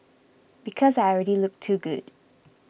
because I already look too good